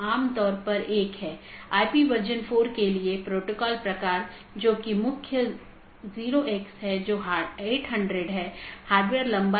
उदाहरण के लिए एक BGP डिवाइस को इस प्रकार कॉन्फ़िगर किया जा सकता है कि एक मल्टी होम एक पारगमन अधिकार के रूप में कार्य करने से इनकार कर सके